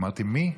אמרתי: מי?